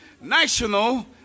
national